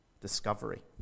discovery